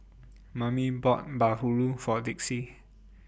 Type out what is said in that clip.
Mammie bought Bahulu For Dixie